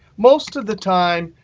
most of the time,